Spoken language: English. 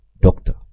doctor